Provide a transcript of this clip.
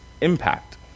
impact